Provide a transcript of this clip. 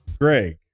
Greg